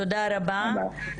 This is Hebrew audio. תודה רבה.